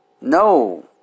No